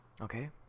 Okay